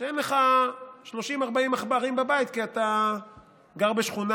כשאין לך 30 40 עכברים בבית, כי אתה גר בשכונה